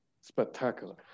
spectacular